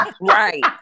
Right